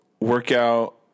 workout